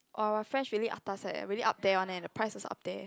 oh !wah! French really atas leh really up there one leh the price also up there